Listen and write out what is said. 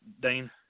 Dane